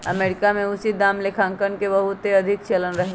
America में उचित दाम लेखांकन के बहुते अधिक चलन रहै